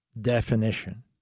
definition